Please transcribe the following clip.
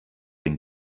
den